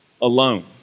alone